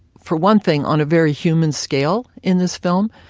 for one thing, on a very human scale in this film,